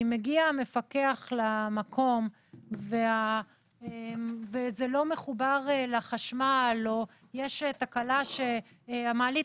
אם מגיע מפקח למקום וזה לא מחובר לחשמל או יש תקלה והמעלית